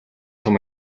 том